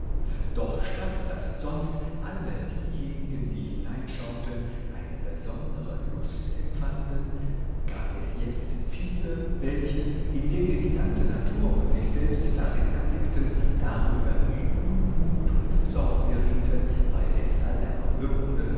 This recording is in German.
doch statt daß sonst alle diejenigen die hineinschauten eine besondere lust empfanden gab es jetzt viele welche indem sie die ganze natur und sich selbst darin erblickten darüber in unmut und zorn gerieten weil es aller würde